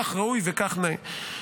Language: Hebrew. כך ראוי וכך נאה.